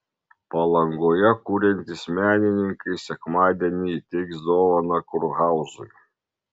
palangoje kuriantys menininkai sekmadienį įteiks dovaną kurhauzui